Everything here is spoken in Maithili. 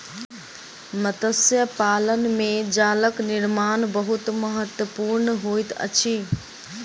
मत्स्य पालन में जालक निर्माण बहुत महत्वपूर्ण होइत अछि